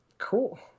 cool